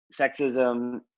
sexism